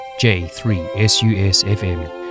J3SUSFM